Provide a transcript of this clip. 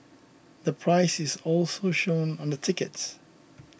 the price is also shown on the tickets